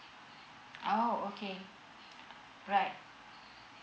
oh okay right